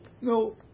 No